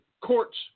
courts